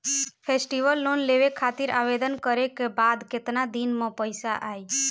Festival loan लेवे खातिर आवेदन करे क बाद केतना दिन म पइसा आई?